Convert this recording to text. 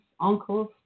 uncles